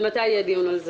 מתי יהיה דיון על זה?